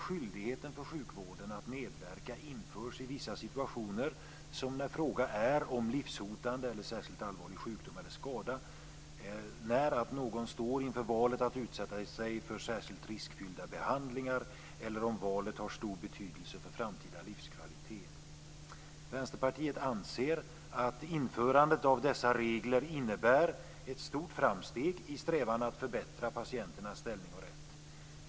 Skyldigheten för sjukvården att medverka införs i vissa situationer, som när det är fråga om livshotande eller särskilt allvarlig sjukdom eller skada, när någon står inför valet att utsätta sig för särskilt riskfyllda behandlingar eller om valet har stor betydelse för den framtida livskvaliteten. Vänsterpartiet anser att införandet av dessa regler innebär ett stort framsteg i strävan att förbättra patienternas ställning och rätt.